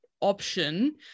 option